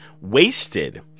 wasted